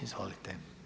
Izvolite.